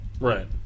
Right